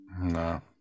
No